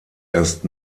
erst